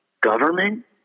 government